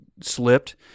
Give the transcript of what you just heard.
slipped